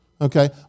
Okay